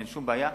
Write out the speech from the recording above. אין שום בעיה,